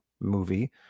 movie